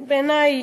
בעיני,